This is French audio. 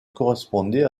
correspondait